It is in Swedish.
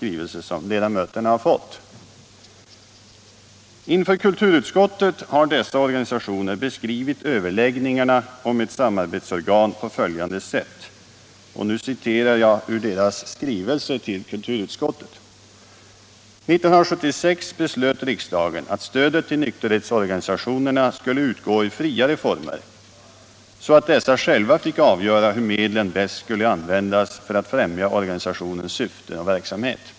Inför kulturutskottet har dessa organisationer beskrivit överläggningarna om ett samarbetsorgan på följande sätt — jag citerar ur deras skrivelse till kulturutskottet: "1976 beslöt riksdagen att stödet till nykterhetsorganisationerna skulle utgå i friare former så att dessa själva fick avgöra hur medlen bäst skulle användas för att främja organisationens syften och verksamhet.